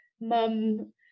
mum